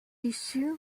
issu